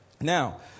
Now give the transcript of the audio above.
Now